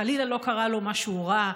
חלילה, לא קרה לו משהו רע.